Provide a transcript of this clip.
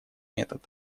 метод